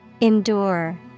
Endure